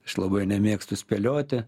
aš labai nemėgstu spėlioti